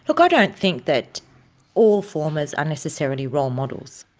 look, i don't think that all formers are necessarily role models.